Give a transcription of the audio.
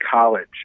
college